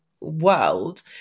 world